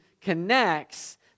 connects